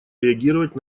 реагировать